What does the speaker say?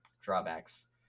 drawbacks